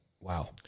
Wow